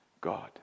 God